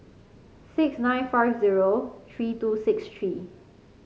six nine five zero three two six three